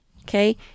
Okay